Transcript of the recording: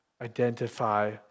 identify